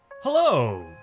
Hello